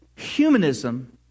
humanism